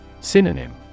Synonym